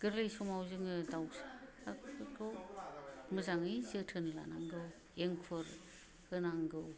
गोरलै समाव जोङो दावसाफोरखौ मोजाङै जोथोन लानांगौ एंखुर होनांगौ